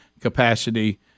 capacity